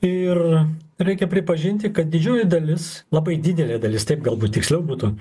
ir reikia pripažinti kad didžioji dalis labai didelė dalis taip galbūt tiksliau būtų